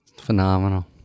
Phenomenal